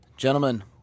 Gentlemen